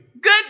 Good